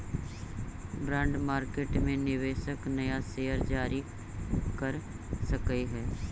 bond market में निवेशक नया शेयर जारी कर सकऽ हई